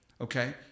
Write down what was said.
okay